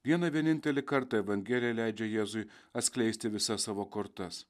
vieną vienintelį kartą evangelija leidžia jėzui atskleisti visas savo kortas